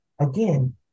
Again